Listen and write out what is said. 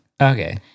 Okay